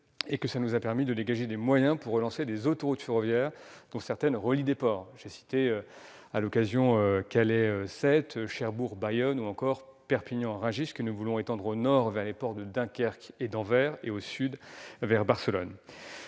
Cet objectif nous a permis de dégager des moyens pour relancer des autoroutes ferroviaires, dont certaines relient des ports. J'ai cité les routes de Calais-Sète, de Cherbourg-Bayonne, ou encore de Perpignan-Rungis, que nous souhaitons étendre au nord vers les ports de Dunkerque et d'Anvers, et au sud vers Barcelone.